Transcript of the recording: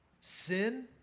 sin